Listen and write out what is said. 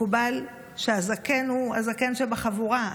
מקובל שהזקן הוא הזקן שבחבורה,